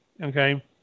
okay